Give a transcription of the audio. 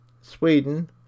Sweden